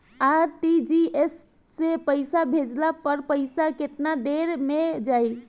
RTGS से पईसा भेजला पर पईसा केतना देर म जाई?